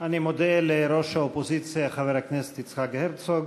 אני מודה לראש האופוזיציה, חבר הכנסת יצחק הרצוג.